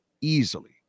Easily